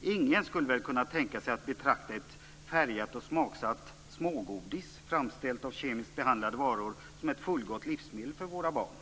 Ingen skulle väl kunna tänka sig att betrakta ett färgat och smaksatt smågodis, framställt av kemiskt behandlade varor, som ett fullgott livsmedel för våra barn.